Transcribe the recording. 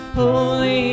holy